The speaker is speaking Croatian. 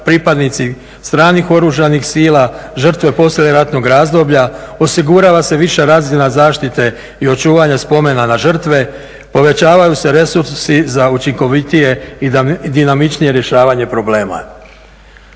pripadnici stranih oružanih sila, žrtve poslijeratnog razdoblja, osigurava se više razina zaštite i očuvanja spomena na žrtve, povećavaju se resursi za učinkovitije i dinamičnije rješavanje problema.